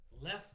left